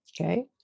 Okay